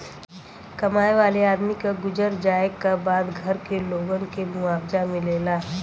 कमाए वाले आदमी क गुजर जाए क बाद घर के लोगन के मुआवजा मिलेला